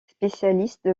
spécialiste